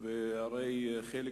היושב-ראש,